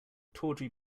tawdry